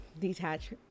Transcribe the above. detach